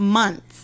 months